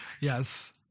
yes